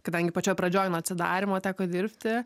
kadangi pačioj pradžioj nuo atsidarymo teko dirbti